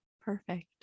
perfect